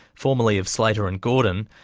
formerly of slater and gordon,